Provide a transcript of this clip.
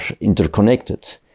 interconnected